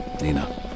Nina